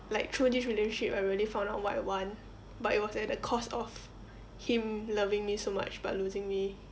like through this relationship I really found out what I want but it was at the cost of him loving me so much but losing me